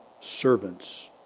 servants